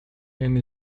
and